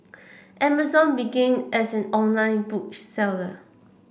Amazon began as an online book seller